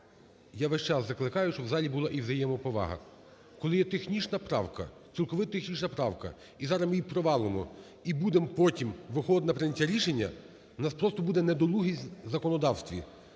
я весь час закликаю, щоб у залі була і взаємоповага. Коли є технічна правка, цілковито технічна правка, і зараз ми її провалимо і будемо потім виходити на прийняття рішення, в нас просто буде недолугість у законодавстві.